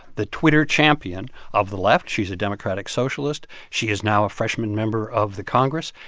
the twitter champion of the left. she's a democratic socialist. she is now a freshman member of the congress.